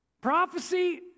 Prophecy